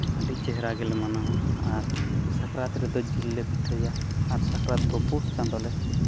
ᱟᱹᱰᱤ ᱪᱮᱦᱨᱟ ᱜᱮᱞᱮ ᱢᱟᱱᱟᱣᱟ ᱟᱨ ᱥᱟᱠᱨᱟᱛ ᱨᱮᱫᱚ ᱡᱤᱞ ᱞᱮ ᱯᱤᱴᱷᱟᱹᱭᱟ ᱟᱨ ᱥᱟᱠᱨᱟᱛ ᱫᱚ ᱯᱩᱥ ᱪᱟᱸᱫᱚ ᱞᱮ